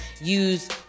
use